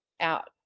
out